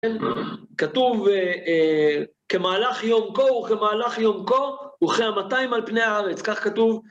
כתוב כמהלך יום כה וכמהלך יום כה וכמאתיים על פני הארץ, כך כתוב.